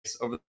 over